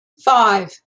five